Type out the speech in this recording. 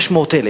600,000,